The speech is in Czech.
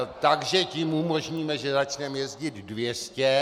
Takže tím umožníme, že začneme jezdit 200.